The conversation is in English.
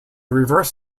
reverse